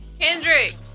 Kendrick